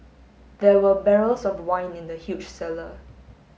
there were barrels of wine in the huge cellar